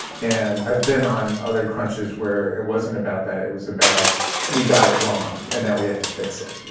and i've been on other crunches where it wasn't about that, it was about we got it wrong and now we have to fix it.